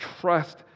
trust